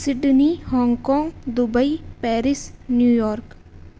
Sydney Hong Kong Dubai Paris New York